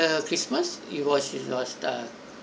after christmas it was it was the